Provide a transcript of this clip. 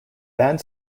band